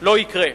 לא יקרה.